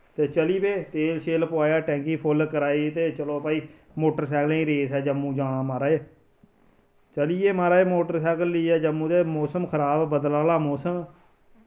ते चली पे तेल शेल पोआया टैंकी फुल कराई ते चलो भाई मोटरसैकलें दी रेस ऐ जम्मू जाना माराज चलियै माराज मोटरसैकल लेइयै जम्मू ते मौसम खराब बदल आह्ला मौसम